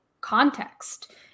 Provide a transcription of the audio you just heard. context